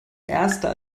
erster